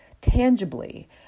tangibly